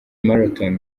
marathon